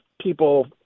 people